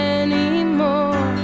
anymore